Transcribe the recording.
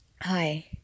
Hi